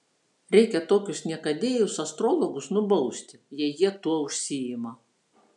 reikia tokius niekadėjus astrologus nubausti jei jie tuo užsiima